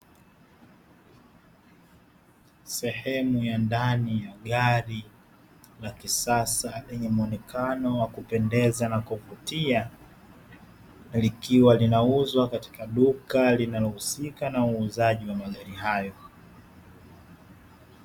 Sehemu ya ndani ya gari la kisasa, lenye mwonekano wa kupendeza na kuvutia, likiwa linauzwa katika duka linalo husika na uuzaji wa magari hayo.